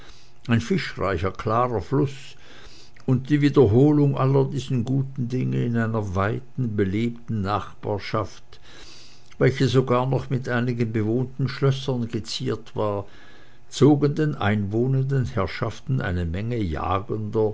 ein fischreicher klarer fluß und die wiederholung aller dieser guten dinge in einer weiten belebten nachbarschaft welche sogar noch mit einigen bewohnten schlössern geziert war zogen den einwohnenden herrschaften eine menge jagender